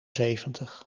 zeventig